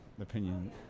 opinion